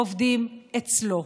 עובדים אצלו.